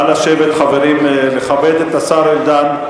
נא לשבת, חברים, לכבד את השר ארדן.